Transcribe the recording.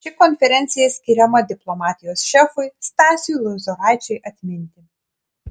ši konferencija skiriama diplomatijos šefui stasiui lozoraičiui atminti